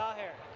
ah her